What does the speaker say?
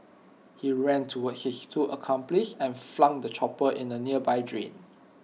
he ran towards his two accomplices and flung the chopper into A nearby drain